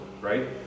right